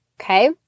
okay